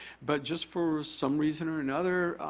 but just for some reason or another,